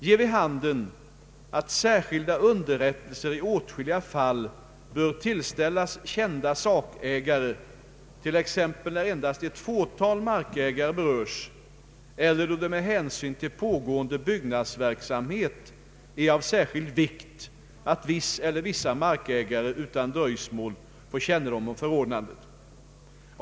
nr 50) ger vid handen att särskilda underrättelser i åtskilliga fall bör tillställas kända sakägare, t.ex. när endast ett fåtal markägare berörs eller då det med hänsyn till pågående byggnadsverksamhet är av särskild vikt, att viss eller vissa markägare utan dröjsmål får kännedom om förordnandet.